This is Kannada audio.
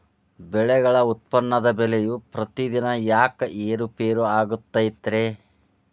ಬೆಳೆಗಳ ಉತ್ಪನ್ನದ ಬೆಲೆಯು ಪ್ರತಿದಿನ ಯಾಕ ಏರು ಪೇರು ಆಗುತ್ತೈತರೇ?